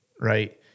right